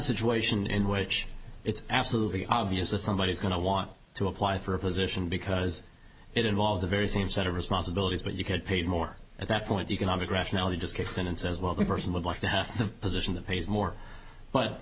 situation in which it's absolutely obvious that somebody is going to want to apply for a position because it involves the very same set of responsibilities but you could paid more at that point economic rationality just kicks in and says well the person would like to have the position that pays more but